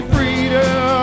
Freedom